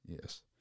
Yes